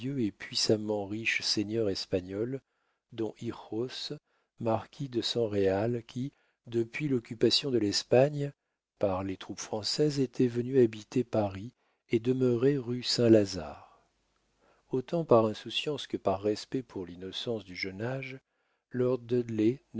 et puissamment riche seigneur espagnol don hijos marquis de san réal qui depuis l'occupation de l'espagne par les troupes françaises était venu habiter paris et demeurait rue saint-lazare autant par insouciance que par respect pour l'innocence du jeune âge lord